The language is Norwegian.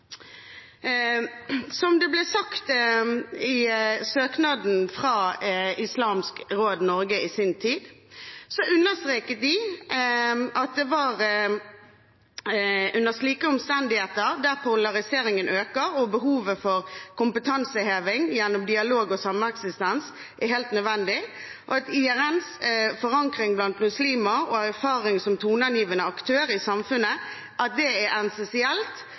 I søknaden fra Islamsk Råd Norge i sin tid understreket de: «Under slike omstendigheter der polariseringen øker, er behovet for kompetanseheving gjennom dialog og sameksistens helt nødvendig. IRNs forankring blant muslimer og erfaring som toneangivende aktør i samfunnet er essensielt for å bidra med kompetanseheving og nyansere debatten, som ofte kan virke stigmatiserende og polariserende.» Men det er